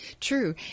True